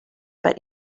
but